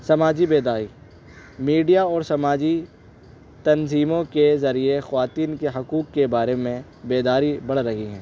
سماجی بیداری میڈیا اور سماجی تنظیموں کے ذریعے خواتین کے حقوق کے بارے میں بیداری بڑھ رہی ہے